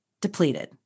depleted